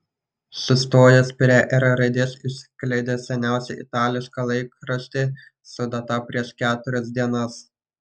sustojęs prie r raidės išskleidė seniausią itališką laikraštį su data prieš keturias dienas